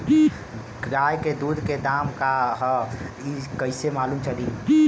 गाय के दूध के दाम का ह कइसे मालूम चली?